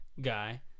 Guy